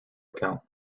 account